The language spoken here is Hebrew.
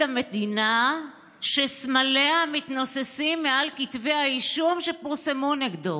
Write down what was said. המדינה שסמליה מתנוססים מעל כתבי האישום שפורסמו נגדו.